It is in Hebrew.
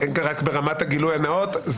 רק ברמת הגילוי הנאות,